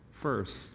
first